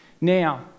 Now